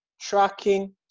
tracking